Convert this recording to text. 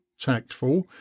tactful